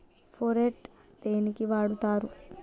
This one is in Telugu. ఫోరెట్ దేనికి వాడుతరు?